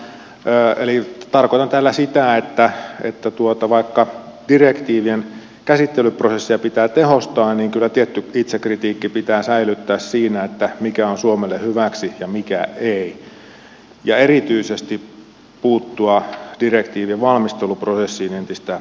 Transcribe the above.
eli tarkoitan tällä sitä että vaikka direktiivien käsittelyprosesseja pitää tehostaa niin kyllä tietty itsekritiikki pitää säilyttää siinä mikä on suomelle hyväksi ja mikä ei ja erityisesti pitää puuttua direktiivien valmisteluprosessiin entistä paremmin